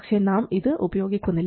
പക്ഷേ നാം ഇത് ഉപയോഗിക്കുന്നില്ല